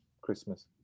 Christmas